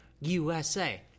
USA